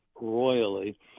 royally